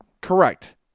Correct